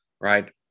Right